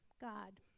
God